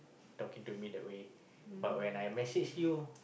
talking to me that way but when I message you